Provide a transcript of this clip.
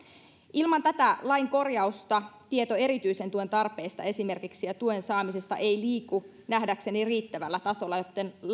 ilman tätä lain korjausta esimerkiksi tieto erityisen tuen tarpeesta ja tuen saamisesta ei liiku nähdäkseni riittävällä tasolla